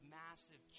massive